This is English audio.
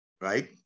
right